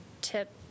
tip